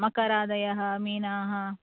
मकरादयः मीनः